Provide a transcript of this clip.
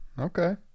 Okay